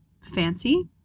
fancy